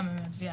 גם עם התביעה,